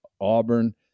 Auburn